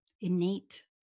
innate